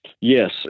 Yes